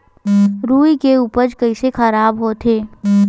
रुई के उपज कइसे खराब होथे?